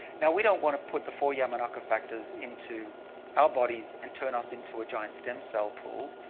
now we don't want to put the four yamanaka factors into our bodies and turn us into a giant stem cell pool.